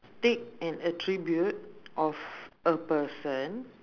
pick an attribute of a person